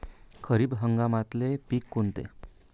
खरीप हंगामातले पिकं कोनते?